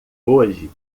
hoje